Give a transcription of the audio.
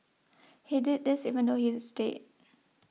he did this even though he is dead